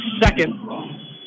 second